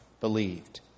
believed